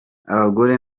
abagore